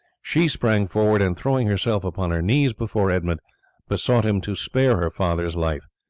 she sprang forward and throwing herself upon her knees before edmund besought him to spare her father's life.